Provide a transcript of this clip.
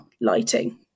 Lighting